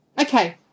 Okay